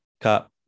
Cup